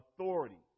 authority